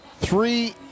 three